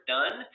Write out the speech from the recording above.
done